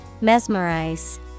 Mesmerize